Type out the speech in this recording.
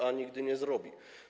A nigdy nie zrobi.